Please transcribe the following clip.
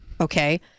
Okay